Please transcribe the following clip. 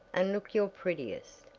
and look your prettiest.